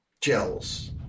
gels